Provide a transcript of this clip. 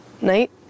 night